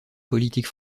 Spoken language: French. politique